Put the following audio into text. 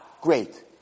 great